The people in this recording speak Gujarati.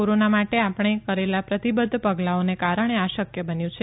કોરોના માટે આપણે કરેલા પ્રતિબધ્ધ પગલાઓને કારણે આ શકય બન્યું છે